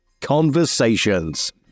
conversations